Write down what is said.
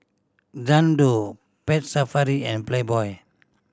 Xndo Pet Safari and Playboy